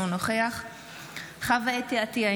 אינו נוכח חוה אתי עטייה,